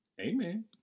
amen